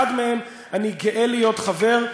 שבאחד מהם אני גאה להיות חבר,